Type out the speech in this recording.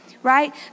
right